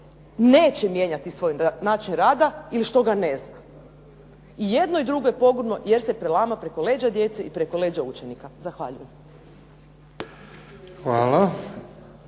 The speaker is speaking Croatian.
neće mijenjati svoj način rada ili što ga ne zna. I jedno i drugo je pogubno jer se prelama preko leđa djece i preko leđa učenika. Zahvaljujem.